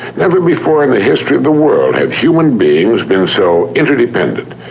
never before in the history of the world have human beings been so interdependent.